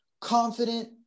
confident